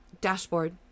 dashboard